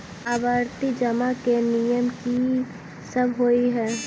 आवर्ती जमा केँ नियम की सब होइ है?